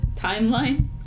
timeline